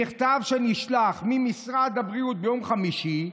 מכתב שנשלח ממשרד הבריאות, ביום חמישי,